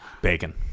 Bacon